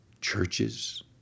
churches